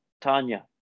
Tanya